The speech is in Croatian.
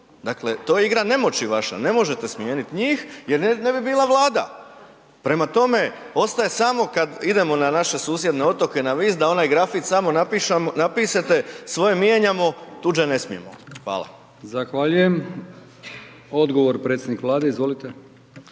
Dakle, to je igra nemoći vaše, ne možete smijeniti njih jer ne bi bila Vlada. Prema tome, ostaje samo kad idemo na naše susjedne otoke na Vis da onaj grafit samo napišete „svoje mijenjamo, tuđe ne smijemo“. Hvala. **Brkić, Milijan (HDZ)** Zahvaljujem. Odgovor predsjednik Vlade, izvolite.